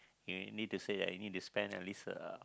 need to say that you need to spend at least uh